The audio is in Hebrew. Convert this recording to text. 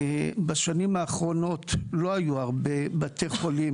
בשנים האחרונות לא היו הרבה בתי חולים.